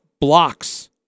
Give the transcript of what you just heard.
blocks